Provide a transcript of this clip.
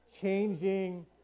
Changing